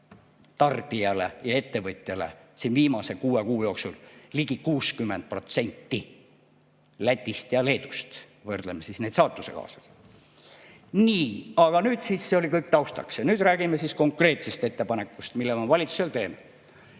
tarbijale ja ettevõtjale viimase kuue kuu jooksul ligi 60%. Lätist ja Leedust – võrdleme siis neid saatusekaaslasi. Nii, aga see oli kõik taustaks. Nüüd räägime konkreetsest ettepanekust, mille me valitsusele teeme.